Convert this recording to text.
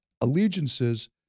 allegiances